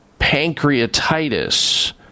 pancreatitis